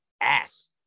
ass